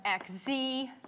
xz